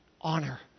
Honor